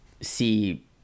see